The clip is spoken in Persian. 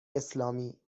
اسلامی